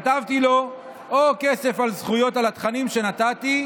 כתבתי לו: או כסף על זכויות על התכנים שנתתי,